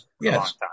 yes